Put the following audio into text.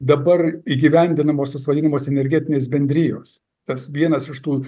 dabar įgyvendinamos tos vadinamos energetinės bendrijos tas vienas iš tų